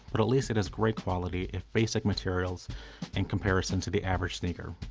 but at least it has great quality if basic materials in comparison to the average sneaker.